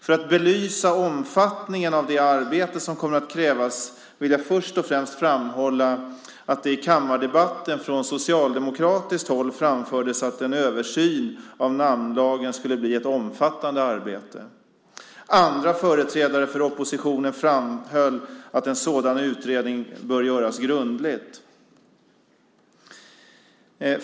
För att belysa omfattningen av det arbete som kommer att krävas vill jag först och främst framhålla att det i kammardebatten från socialdemokratiskt håll framfördes att en översyn av namnlagen skulle bli ett omfattande arbete. Andra företrädare för oppositionen framhöll att en sådan utredning bör göras grundligt.